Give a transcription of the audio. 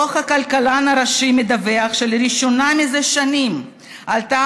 הכלכלן הראשי מדווח שלראשונה זה שנים עלתה